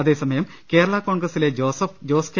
അതേസമയം കേരളാ കോൺഗ്രസിലെ ജോസഫ് ജോസ് കെ